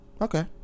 Okay